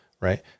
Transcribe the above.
right